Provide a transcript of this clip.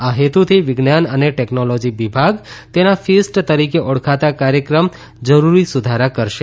આ હેતુથીવિજ્ઞાન અને ટેકનોલોજી વિભાગ તેના ફીસ્ટ તરીકે ઓળખાતા કાર્યક્રમ જરૂરી સુધારા કરશે